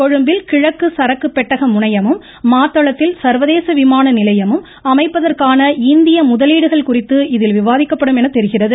கொழும்பில் கிழக்கு சரக்கு பெட்டக முனையமும் மாத்தளத்தில் சர்வதேச விமான நிலையமும் அமைப்பதற்கான இந்திய முதலீடுகள் குறித்து இதில் விவாதிக்கப்படும் எனத் தெரிகிறது